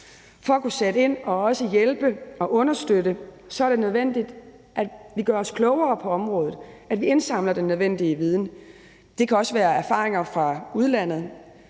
For at kunne sætte ind og også hjælpe og understøtte er det nødvendigt, at vi gør os klogere på området, at vi indsamler den nødvendige viden – det kan også være erfaringer fra udlandet.